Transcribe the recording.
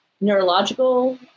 neurological